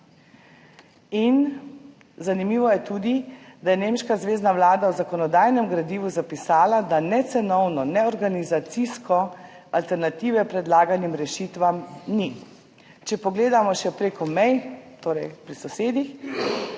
vi. Zanimivo je tudi, da je nemška zvezna vlada v zakonodajnem gradivu zapisala, da ne cenovno ne organizacijsko alternative predlaganim rešitvam ni. Če pogledamo še prek mej, torej k sosedom.